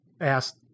asked